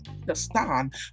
understand